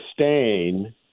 sustain